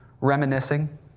reminiscing